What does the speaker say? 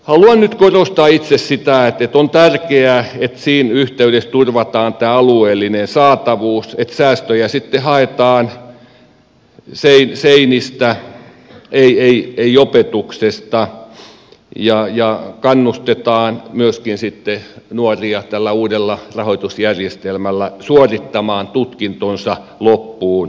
haluan nyt korostaa itse sitä että on tärkeää että siinä yhteydessä turvataan alueellinen saatavuus että säästöjä sitten haetaan seinistä ei opetuksesta ja kannustetaan myöskin sitten nuoria tällä uudella rahoitusjärjestelmällä suorittamaan tutkintonsa loppuun